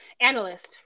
analyst